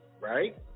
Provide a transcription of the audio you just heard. right